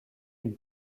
une